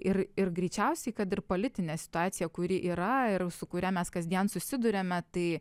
ir ir greičiausiai kad ir politinė situacija kuri yra ir su kuria mes kasdien susiduriame tai